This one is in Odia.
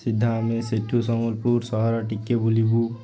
ସିଧା ଆମେ ସେଠୁ ସମ୍ବଲପୁର ସହର ଟିକେ ବୁଲିବୁ